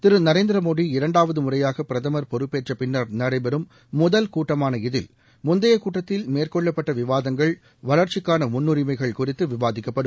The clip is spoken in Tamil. திரு நரேந்திர மோடி இரண்டாவது முறையாக பிரதன் பொறுப்பேற்ற பின்னர் நடைபெறும் முதல் கூட்டமான இதில் முந்தைய கூட்டத்தில் மேற்கொள்ளப்பட்ட விவாதங்கள் வளர்ச்சிக்கான முன்னரிமைகள் குறித்து விவாதிக்கப்படும்